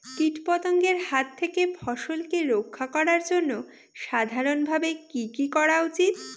কীটপতঙ্গের হাত থেকে ফসলকে রক্ষা করার জন্য সাধারণভাবে কি কি করা উচিৎ?